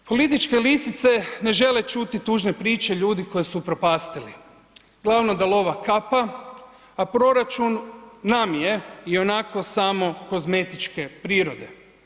Političke lisice ne žele čuti tužne priče ljudi koje su upropastili, glavno da lova kapa, a proračun nam je i onako samo kozmetičke prirode.